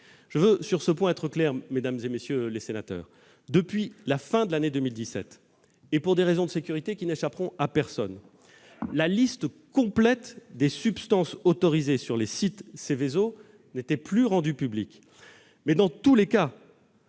Je veux sur ce point être clair, mesdames, messieurs les sénateurs : depuis la fin de l'année 2017, pour des raisons de sécurité qui n'échapperont à personne, la liste complète des substances autorisées sur les sites classés Seveso n'était plus rendue publique, mais, dans tous les cas,